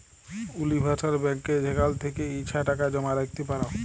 universal ব্যাংকে যেখাল থ্যাকে ইছা টাকা জমা রাইখতে পার